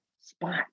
spot